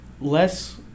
less